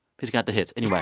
he's got the hits. anyway.